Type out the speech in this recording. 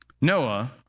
Noah